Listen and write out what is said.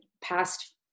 past